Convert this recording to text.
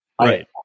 Right